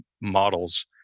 models